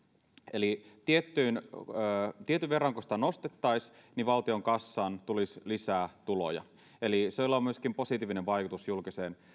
eli kun sitä tietyn verran nostettaisiin niin valtion kassaan tulisi lisää tuloja eli sillä on positiivinen vaikutus myöskin julkiseen